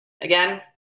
again